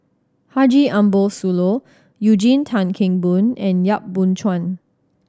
Haji Ambo Sooloh Eugene Tan Kheng Boon and Yap Boon Chuan